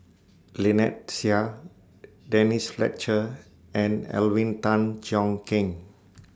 Lynnette Seah Denise Fletcher and Alvin Tan Cheong Kheng